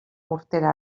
urtera